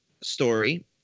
story